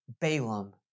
Balaam